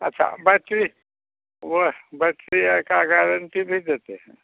अच्छा बैटरी वह बैटरी और की गैरेंटी भी देते हैं